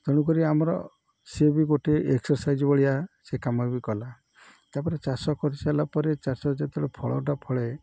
ତେଣୁକରି ଆମର ସିଏ ବି ଗୋଟେ ଏକ୍ସରସାଇଜ୍ ଭଳିଆ ସେ କାମ ବି କଲା ତାପରେ ଚାଷ କରିସାରିଲା ପରେ ଚାଷ ଯେତେବେଳେ ଫଳଟା ଫଳେ